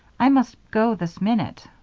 i must go this minute.